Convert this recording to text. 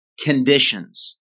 conditions